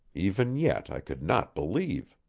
even yet i could not believe.